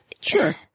Sure